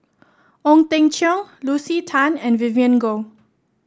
Ong Teng Cheong Lucy Tan and Vivien Goh